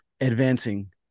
advancing